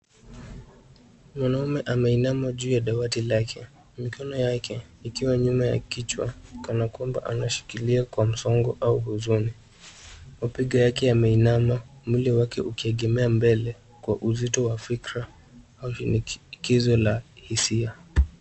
Mwanamume ameegemea juu ya dawati lake, mikono yake ikiwa nyuma ya kichwa. Anaonekana kushikilia kwa msongo au huzuni. Kichwa chake kimeinama, mwili wake ukiegemea mbele kwa uzito wa fikra, hali inayoonyesha hisia zake.